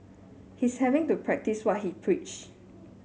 he's having to practice what he preach